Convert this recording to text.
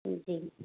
जी